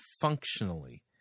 functionally